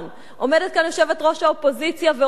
עומדת כאן יושבת-ראש האופוזיציה ואומרת: